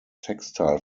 textile